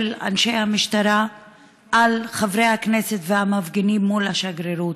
אנשי המשטרה על חברי הכנסת ועל המפגינים מול השגרירות.